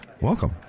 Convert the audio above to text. welcome